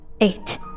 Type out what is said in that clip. Eight